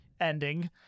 ending